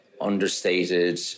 understated